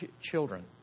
children